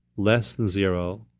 less than zero